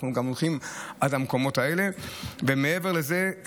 אנחנו גם הולכים עד המקומות האלה ומעבר לזה,